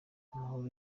amahoro